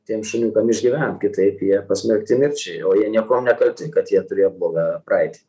tiem šuniukam išgyvent kitaip jie pasmerkti mirčiai o jie niekuom nekalti kad jie turėjo blogą praeitį